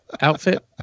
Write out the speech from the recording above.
Outfit